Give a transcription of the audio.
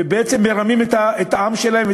ובעצם מרמים את העם שלהם,